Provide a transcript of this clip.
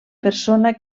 persona